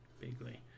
Bigly